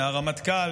מהרמטכ"ל,